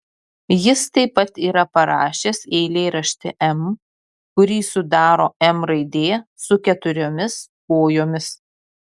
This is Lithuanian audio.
jis taip pat yra parašęs eilėraštį m kurį sudaro m raidė su keturiomis kojomis